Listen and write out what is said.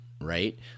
right